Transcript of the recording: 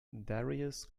darius